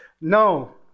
No